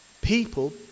People